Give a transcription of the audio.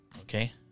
okay